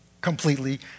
completely